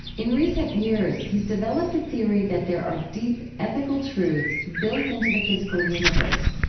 in recent years, he's developed a theory that there are deep ethical truths built into the physical universe.